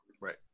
right